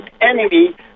enemy